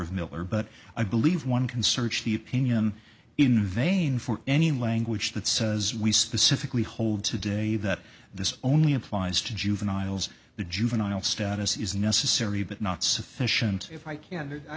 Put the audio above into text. of miller but i believe one can search the opinion in vain for any language that says we specifically hold today that this only applies to juveniles the juvenile status is necessary but not sufficient if i can